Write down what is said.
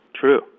true